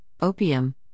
opium